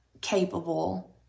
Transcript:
capable